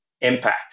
impact